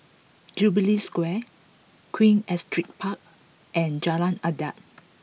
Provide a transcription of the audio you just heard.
Jubilee Square Queen Astrid Park and Jalan Adat